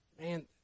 man